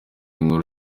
nkuru